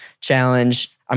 challenge